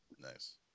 nice